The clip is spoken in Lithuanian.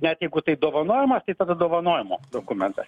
net jeigu taip dovanojamas tai tada dovanojimo dokumentas